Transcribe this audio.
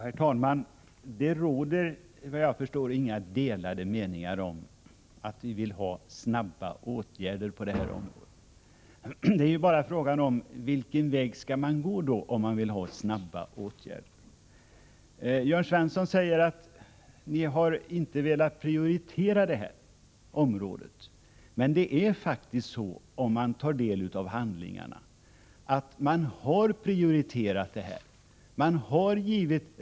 Herr talman! Det råder vad jag förstår inga delade meningar om önskvärdheten av snabba åtgärder på det här området. Det är bara frågan om vilken väg vi skall gå för att få till stånd snabba åtgärder. Jörn Svensson säger att man inte har velat prioritera det här området. Men faktum är, vilket framgår av handlingarna, att detta område har prioriterats.